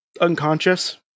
unconscious